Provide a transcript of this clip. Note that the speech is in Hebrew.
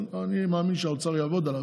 אני מאמין שהאוצר יעבוד עליו,